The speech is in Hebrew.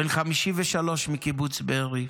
בן 53 מקיבוץ בארי,